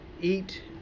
eat